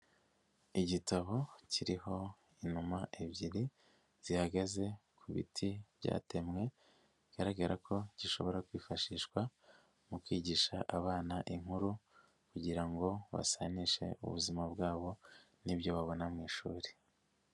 Igitabo kiriho inuma ebyiri zihagaze ku biti byatemwe, bigaragara ko gishobora kwifashishwa mu kwigisha abana inkuru kugira ngo basanishe ubuzima bwabo n'ibyo babona mu ishuri.